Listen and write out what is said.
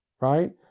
right